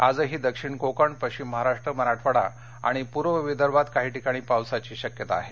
आजही दक्षिण कोकण पश्चिम महाराष्ट्र मराठवाडा आणि पूर्व विदर्भात काही ठिकाणी पावसाची शक्यता आहे